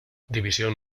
division